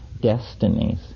destinies